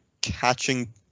catching